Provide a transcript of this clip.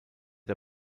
der